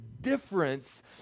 difference